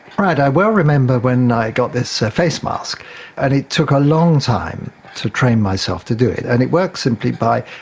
i well remember when i got this face mask and it took a long time to train myself to do it. and it works simply by,